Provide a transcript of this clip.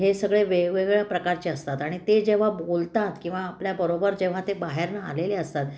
हे सगळे वेगवेगळ्या प्रकारचे असतात आणि ते जेव्हा बोलतात किंवा आपल्याबरोबर जेव्हा ते बाहेरनं आलेले असतात